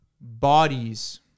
bodies